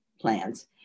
Plans